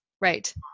right